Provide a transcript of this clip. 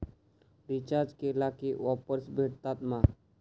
Recharge केला की offers भेटात मा?